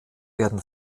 werden